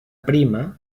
prima